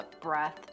breath